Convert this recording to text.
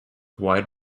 wide